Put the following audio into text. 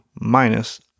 minus